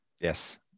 Yes